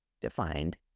defined